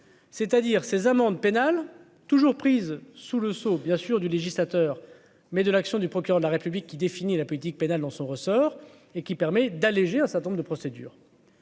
c'est-à-dire ces amendes pénales toujours prises sous le sceau bien sûr du législateur, mais de l'action du procureur de la République qui définit la politique pénale dans son ressort et qui permet d'alléger un certain nombre de procédures.